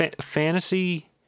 fantasy